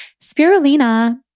Spirulina